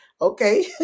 Okay